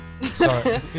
sorry